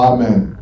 Amen